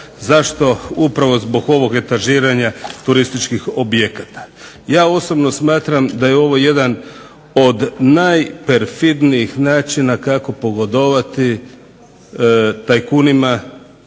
Zašto? Upravo zbog ovog etažiranja turističkih objekata. Ja osobno smatram da je ovo jedan od najperfidnijih načina kako pogodovati tajkunima,